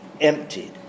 emptied